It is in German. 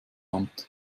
amt